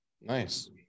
nice